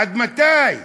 עד מתי?